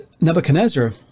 Nebuchadnezzar